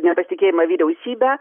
nepasitikėjimą vyriausybe